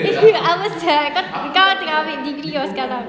apa sia kau kau tengah ambil degree orh sekarang